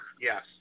Yes